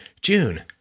June